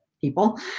People